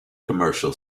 commercial